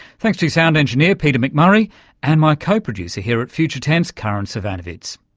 thanks to sound engineer peter mcmurray and my co-producer here at future tense, karin so zsivanovits.